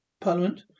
Parliament